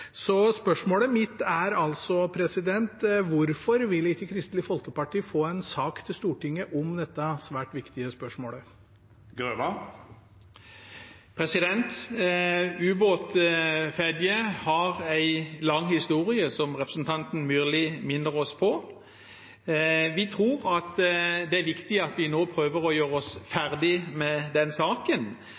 Så spørsmålet mitt er: Hvorfor vil ikke Kristelig Folkeparti få en sak til Stortinget om dette svært viktige spørsmålet? Ubåten utenfor Fedje har en lang historie, som representanten Myrli minner oss på. Vi tror det er viktig at vi nå prøver å gjøre oss ferdig med den saken